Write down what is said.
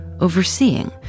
overseeing